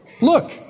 look